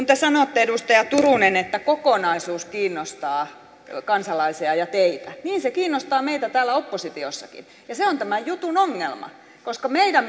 te sanotte edustaja turunen että kokonaisuus kiinnostaa kansalaisia ja teitä niin se kiinnostaa meitä täällä oppositiossakin ja se on tämän jutun ongelma meidän